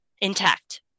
Intact